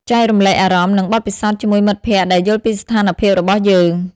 ចែករំលែកអារម្មណ៍ និងបទពិសោធន៍ជាមួយមិត្តភក្តិដែលយល់ពីស្ថានភាពរបស់យើង ។